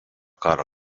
karo